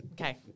Okay